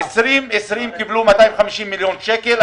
ב-2020 קיבלו 250 מיליון שקלים,